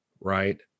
Right